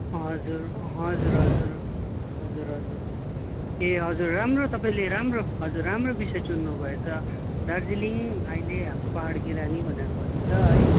हजुर हजुर हजुर हजुर हजुर ए हजुर राम्रो तपाईँले राम्रो हजुर राम्रो विषय चुन्नु भएछ दार्जिलिङ अहिले हाम्रो पाहाडकी रानी भनेर भनिन्छ है